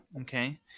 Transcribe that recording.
Okay